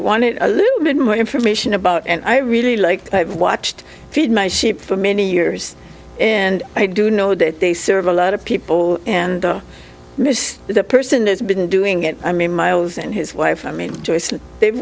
wanted a little bit more information about and i really like i've watched feed my sheep for many years and i do know that they serve a lot of people and i miss the person who's been doing it i mean miles and his wife i mean they've